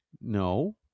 No